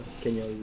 Kenya